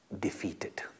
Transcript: defeated